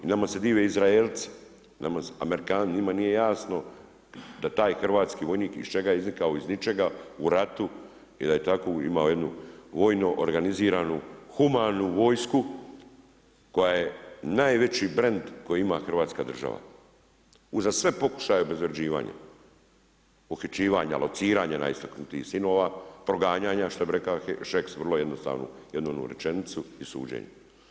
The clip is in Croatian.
Nama se dive Izraelci, Amerikanci njima nije jasno da taj hrvatski vojnik iz čega je iznikao, iz ničega u ratu i da je tako ima jednu vojno organiziranu humanu vojsku koja je najveći brend koji ima Hrvatska država uza sve pokušaje obezvređivanja, uhićivanja, lociranja najistaknutijih sinova, proganjanja što bi reka Šeks vrlo jednostavnu jednu onu rečenicu i suđenje.